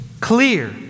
clear